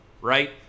right